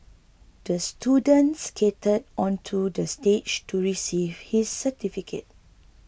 the student skated onto the stage to receive his certificate